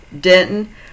Denton